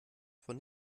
von